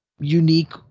unique